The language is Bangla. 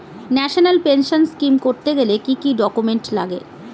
ন্যাশনাল পেনশন স্কিম করতে গেলে কি কি ডকুমেন্ট লাগে?